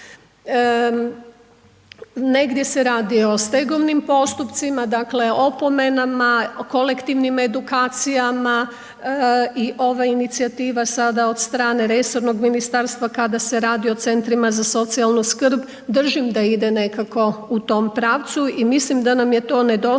Negdje se radi o stegovnim postupcima, dakle opomenama, kolektivnim edukacijama i ova inicijativa sada od strane resornog ministarstva kada se radi o CZSS-ima, držim da ide nekako u tom pravcu i mislim da nam je to nedostajalo,